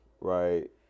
right